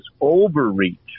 overreach